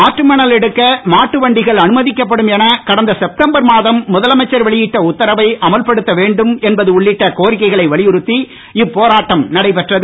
ஆற்றுமணல் எடுக்க மாட்டு வண்டிகள் அனுமதிக்கப்படும் என கடந்த செப்டம்பர் மாதம் முதலமைச்சர் வெளியிட்ட உத்தரவை அமல்படுத்த வேண்டும் என்பது உள்ளிட்ட கோரிக்கைகளை வலியுறுத்தி இப்போராட்டம் நடைபெற்றது